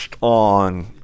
on